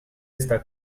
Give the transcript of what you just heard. está